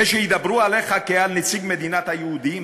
ושידברו עליך כעל נציג מדינת היהודים,